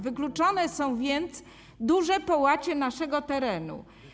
Wykluczone są więc duże połacie naszego terenu.